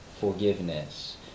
forgiveness